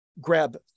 grab